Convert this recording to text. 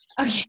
Okay